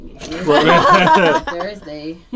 Thursday